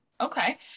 Okay